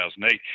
2008